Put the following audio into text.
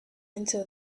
until